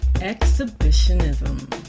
Exhibitionism